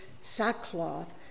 sackcloth